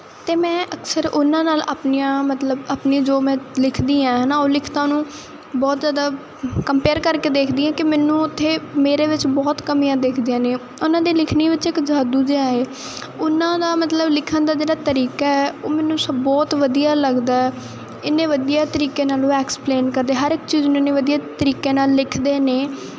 ਅਤੇ ਮੈਂ ਅਕਸਰ ਉਹਨਾਂ ਨਾਲ ਆਪਣੀਆਂ ਮਤਲਬ ਆਪਣੇ ਜੋ ਮੈਂ ਲਿਖਦੀ ਹੈ ਹੈ ਨਾ ਉਹ ਲਿਖਤਾਂ ਨੂੰ ਬਹੁਤ ਜ਼ਿਆਦਾ ਕੰਪੇਅਰ ਕਰਕੇ ਦੇਖਦੀ ਹਾਂ ਕਿ ਮੈਨੂੰ ਉੱਥੇ ਮੇਰੇ ਵਿੱਚ ਬਹੁਤ ਕਮੀਆਂ ਦਿੱਖਦੀਆਂ ਨੇ ਉਹਨਾਂ ਦੀ ਲਿਖਣੀ ਵਿੱਚ ਇੱਕ ਜਾਦੂ ਜਿਹਾ ਹੈ ਉਹਨਾਂ ਦਾ ਮਤਲਬ ਲਿਖਣ ਦਾ ਜਿਹੜਾ ਤਰੀਕਾ ਹੈ ਉਹ ਮੈਨੂੰ ਸ ਬਹੁਤ ਵਧੀਆ ਲੱਗਦਾ ਇੰਨੇ ਵਧੀਆ ਤਰੀਕੇ ਨਾਲ ਐਕਸਪਲੇਨ ਕਰਦੇ ਹਰ ਇੱਕ ਚੀਜ਼ ਨੂੰ ਇੰਨੀ ਵਧੀਆ ਤਰੀਕੇ ਨਾਲ ਲਿਖਦੇ ਨੇ